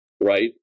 right